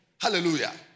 Hallelujah